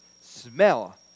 smell